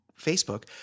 Facebook